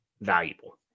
valuable